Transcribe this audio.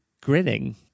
grinning